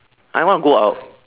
I want go out